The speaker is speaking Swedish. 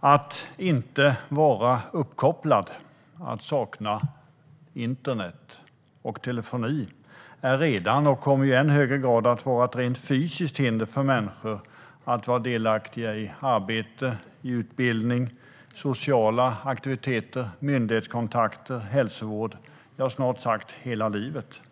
Att inte vara uppkopplad och att sakna internet och telefoni är redan, och kommer i än högre grad att vara, ett rent fysiskt hinder för människors delaktighet i arbete, utbildning, sociala aktiviteter, myndighetskontakter, hälsovård - ja, snart sagt hela livet.